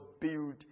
build